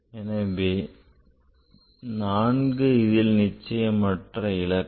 எனவே 4 இதில் நிச்சயமற்ற இலக்கம்